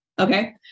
Okay